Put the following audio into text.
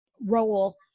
role